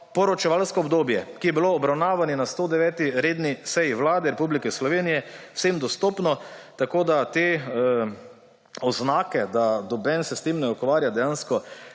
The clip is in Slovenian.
poročevalsko obdobje, ki je bilo obravnavano na 109. redni seji Vlade Republike Slovenije, vsem dostopno, tako da te oznake, da noben se s tem ne ukvarja, dejansko